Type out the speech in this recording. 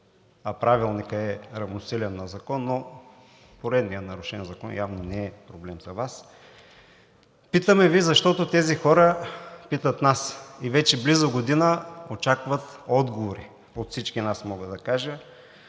Правилникът е равносилен на закон, но поредният нарушен закон за Вас явно не е проблем. Питаме Ви, защото тези хора питат нас и вече близо година очакват отговори от всички нас, мога да кажа.